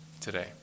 today